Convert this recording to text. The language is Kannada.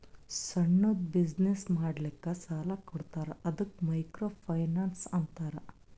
ಸಣ್ಣುದ್ ಬಿಸಿನ್ನೆಸ್ ಮಾಡ್ಲಕ್ ಸಾಲಾ ಕೊಡ್ತಾರ ಅದ್ದುಕ ಮೈಕ್ರೋ ಫೈನಾನ್ಸ್ ಅಂತಾರ